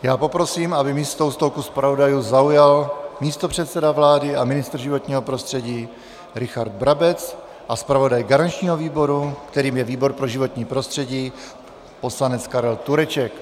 Já poprosím, aby místo u stolku zpravodajů zaujal místopředseda vlády a ministr životního prostředí Richard Brabec a zpravodaj garančního výboru, kterým je výbor pro životní prostředí, poslanec Karel Tureček.